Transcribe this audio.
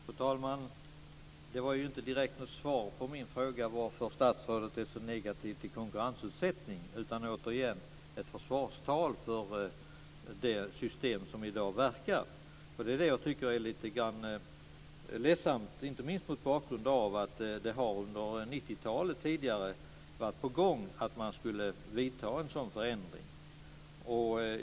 Fru talman! Det var inte direkt något svar på min fråga varför statsrådet är så negativ till konkurrensutsättning, utan det var återigen ett försvarstal för det system som i dag verkar. Det är det som jag tycker är lite ledsamt, inte minst mot bakgrund av att det under 90-talet och tidigare har varit på gång att göra en sådan förändring.